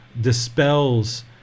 dispels